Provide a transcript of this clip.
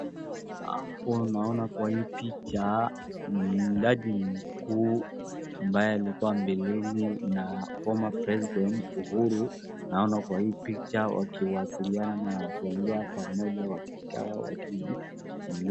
Hapo naona kwa hii picha, jaji mkuu ambaye alikua mbeleni na former president Uhuru, naona kwa hii picha wakiwasiliana na wakiongea pamoja wakikaa wakiongea.